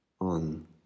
on